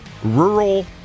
rural